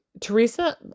Teresa